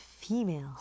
female